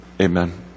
Amen